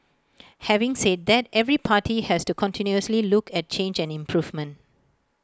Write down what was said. having said that every party has to continuously look at change and improvement